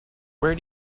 where